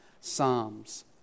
psalms